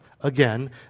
again